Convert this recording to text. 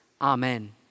Amen